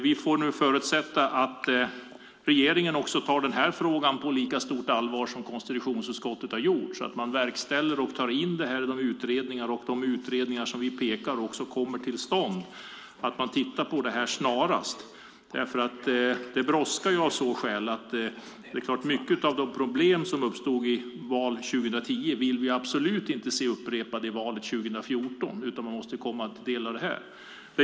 Vi förutsätter att regeringen tar frågan på lika stort allvar som konstitutionsutskottet har gjort så att man verkställer och tar in det i utredningar och tittar på det snarast, för det brådskar. Vi vill i valet 2014 absolut inte se en upprepning av problemen i förra årets val.